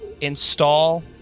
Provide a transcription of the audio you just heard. Install